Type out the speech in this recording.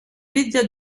médias